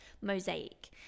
mosaic